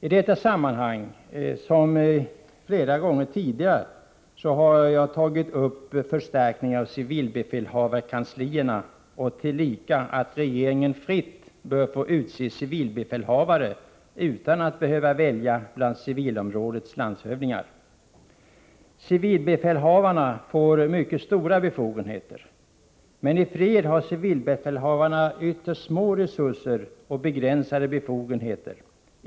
I detta sammanhang, liksom flera gånger tidigare, har jag tagit upp frågan om förstärkning av civilbefälhavarkanslierna och tillika föreslagit att rege 55 ringen fritt bör få utse civilbefälhavare utan att behöva välja bland civilområdets landshövdingar. Civilbefälhavarna får mycket stora befogenheter i krig, men i fred har de ytterst små resurser och begränsade befogenheter.